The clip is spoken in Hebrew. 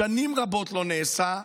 שנים רבות, לא נעשה,